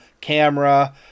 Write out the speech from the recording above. camera